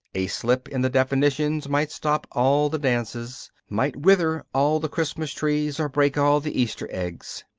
a slip in the definitions might stop all the dances might wither all the christmas trees or break all the easter eggs.